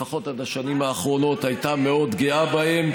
לפחות עד לשנים האחרונות, הייתה מאוד גאה בהם.